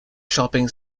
shopping